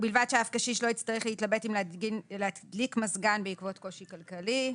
ובלבד שאף קשיש לא יצטרך להתבלט אם להדליק מזגן בעקבות קושי כלכלי.